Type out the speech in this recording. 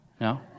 No